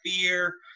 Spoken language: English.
fear